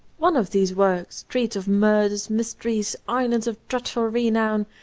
one of these works treats of murders, mysteries, islands of dreadful renown,